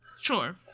Sure